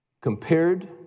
compared